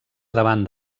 davant